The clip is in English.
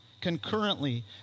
concurrently